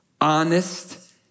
honest